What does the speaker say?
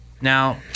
Now